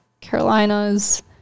Carolinas